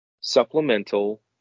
supplemental